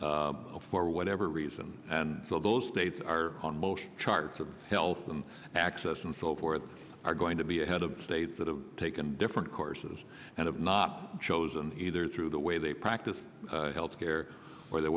for whatever reason and so those states are on most charts of health and access and so forth are going to be ahead of states that have taken different courses and have not chosen either through the way they practice health care or the